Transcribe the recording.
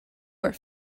were